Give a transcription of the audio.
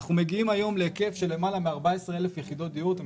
אנחנו מגיעים היום להיקף של למעלה 14,000 יחידות דיור אתם